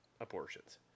abortions